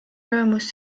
rõõmus